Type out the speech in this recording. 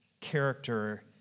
character